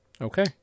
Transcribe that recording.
Okay